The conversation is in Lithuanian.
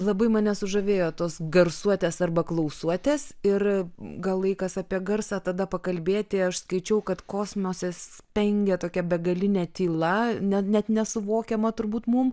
labai mane sužavėjo tos garsuotės arba klausuotės ir gal laikas apie garsą tada pakalbėti aš skaičiau kad kosmose spengia tokia begalinė tyla ne net nesuvokiama turbūt mum